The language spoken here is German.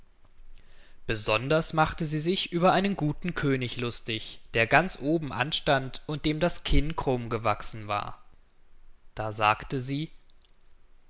besonders machte sie sich über einen guten könig lustig der ganz oben an stand und dem das kinn krumm gewachsen war da sagte sie